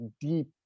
deep